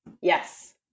Yes